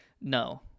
No